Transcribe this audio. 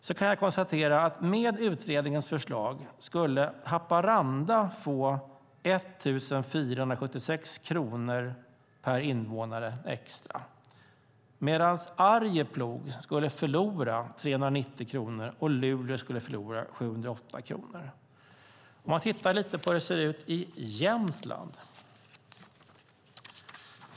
Jag kan konstatera att med utredningens förslag skulle Haparanda få 1 476 kronor per invånare extra, medan Arjeplog skulle förlora 390 kronor och Luleå skulle förlora 708 kronor. Man kan sedan titta lite på hur det ser ut i Jämtland.